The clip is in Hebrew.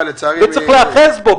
צריך להיאחז בו.